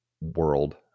world